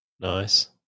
Nice